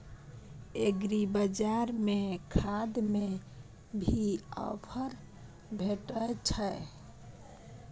एग्रीबाजार में खाद में भी ऑफर भेटय छैय?